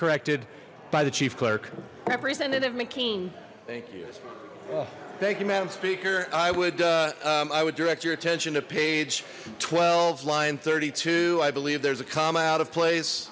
corrected by the chief clerk representative mckean thank you thank you madam speaker i would i would direct your attention to page twelve line thirty two i believe there's a comma out of place